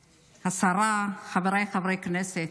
השרה, חבריי חברי הכנסת,